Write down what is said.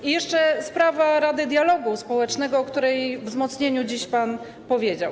I jeszcze sprawa Rady Dialogu Społecznego, o której wzmocnieniu dziś pan powiedział.